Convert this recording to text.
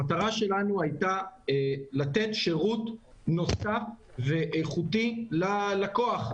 המטרה שלנו היתה לתת שירות נוסף ואיכותי ללקוח,